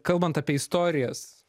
kalbant apie istorijas